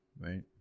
Right